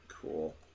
Cool